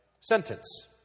sentence